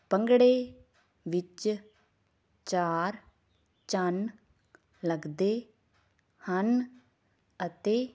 ਭੰਗੜੇ ਵਿੱਚ ਚਾਰ ਚੰਨ ਲੱਗਦੇ ਹਨ ਅਤੇ